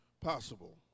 possible